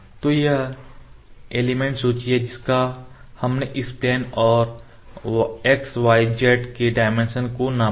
तो यह एलिमेंट सूची है जिसका हमने इस प्लेन और x y z के डाइमेंशंस को नापा है